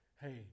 hey